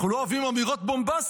אנחנו לא אוהבים אמירות בומבסטיות,